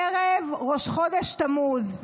ערב ראש חודש תמוז,